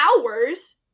hours